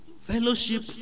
fellowship